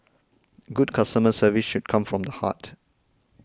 good customer service should come from the heart